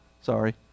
sorry